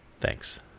thanks